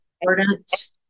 important